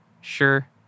Sure